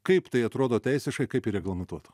kaip tai atrodo teisiškai kaip ji reglamentuota